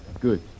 Good